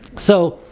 so